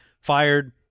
fired